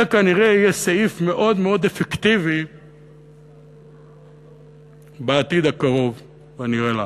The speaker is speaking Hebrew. זה כנראה יהיה סעיף מאוד מאוד אפקטיבי בעתיד הקרוב הנראה לעין.